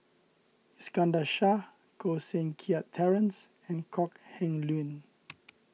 Iskandar Shah Koh Seng Kiat Terence and Kok Heng Leun